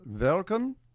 welcome